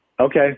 Okay